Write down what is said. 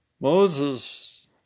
Moses